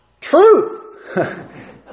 Truth